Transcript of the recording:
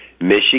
Michigan